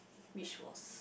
which was